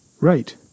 right